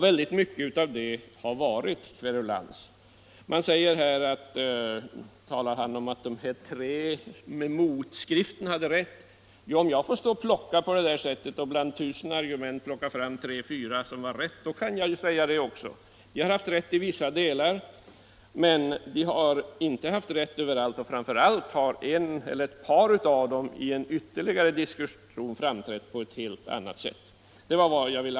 Väldigt mycket av vad som sagts i den debatten har varit uttryck för kverulans. Herr Wirtén säger att ”de tre” hade rätt i sin motskrift. Ja, om jag på samma sätt bland tusen argument fick plocka fram tre eller fyra som är riktiga, kan också jag göra samma påstående. De har haft rätt i vissa delar, men de har inte haft rätt i allt. Framför allt har de i ett eller ett par avsnitt framträtt på ett helt annat sätt i den offentliga diskussionen.